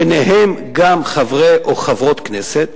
ביניהם גם חברי או חברות כנסת,